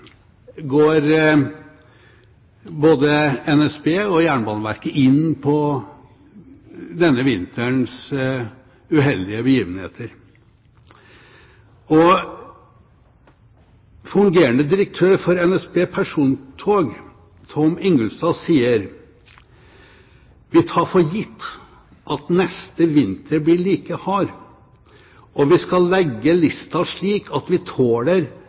går både NSB og Jernbaneverket inn på denne vinterens uheldige begivenheter. Fungerende direktør for NSB Persontog, Tom Ingulstad, sier: «Vi tar for gitt at neste vinter blir minst like hard. Og vi skal legge lista slik at vi tåler